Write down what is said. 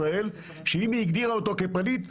ואם היא הגדירה אדם כפליט,